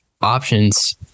options